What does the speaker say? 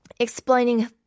Explaining